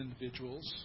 individuals